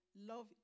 Love